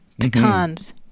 Pecans